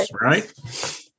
right